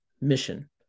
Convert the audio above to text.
Mission